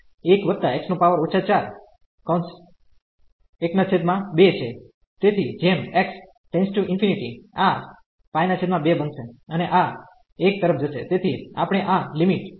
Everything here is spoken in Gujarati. તેથીજેમ x→∞ આ 2 બનશે અને આ 1 તરફ જશેતેથી આપણે આ લિમિટ 2 મળશે